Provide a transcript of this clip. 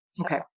Okay